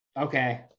okay